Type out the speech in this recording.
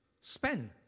Spend